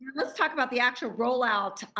let's talk about the actual rollout.